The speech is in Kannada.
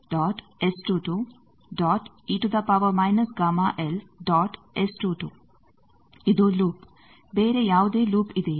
ಆದ್ದರಿಂದ ಇದು ಲೂಪ್ ಬೇರೆ ಯಾವುದೇ ಲೂಪ್ ಇದೆಯೇ